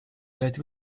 дать